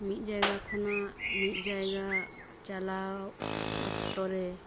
ᱢᱤᱫ ᱡᱟᱭᱜᱟ ᱠᱷᱚᱱᱟᱜ ᱢᱤᱫ ᱡᱟᱭᱜᱟ ᱪᱟᱞᱟᱣ ᱚᱠᱛᱚ ᱨᱮ